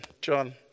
John